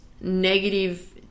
negative